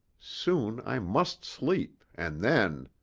soon i must sleep, and then